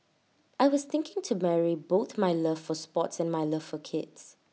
I was thinking to marry both my love for sports and my love for kids